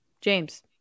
James